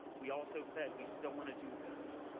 we also said, we still want to do this.